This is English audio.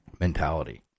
Mentality